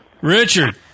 Richard